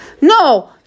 no